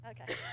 Okay